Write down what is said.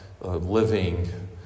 living